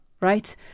Right